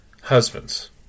Husbands